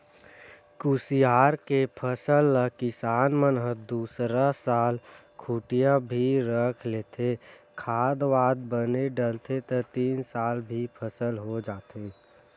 कुसियार के फसल ल किसान मन ह दूसरा साल खूटिया भी रख लेथे, खाद वाद बने डलथे त तीन साल भी फसल हो जाथे